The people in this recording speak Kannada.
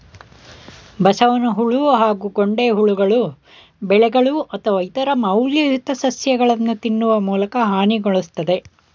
ಬಸವನಹುಳು ಹಾಗೂ ಗೊಂಡೆಹುಳುಗಳು ಬೆಳೆಗಳು ಅಥವಾ ಇತರ ಮೌಲ್ಯಯುತ ಸಸ್ಯಗಳನ್ನು ತಿನ್ನುವ ಮೂಲಕ ಹಾನಿಗೊಳಿಸ್ತದೆ